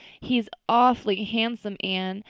he's aw'fly handsome, anne.